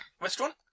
restaurant